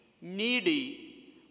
needy